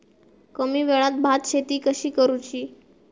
कमी वेळात भात शेती कशी करुची?